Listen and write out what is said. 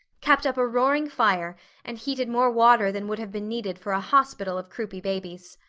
kept up a roaring fire and heated more water than would have been needed for a hospital of croupy babies.